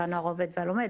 העובד והלומד,